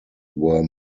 were